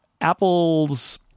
Apple's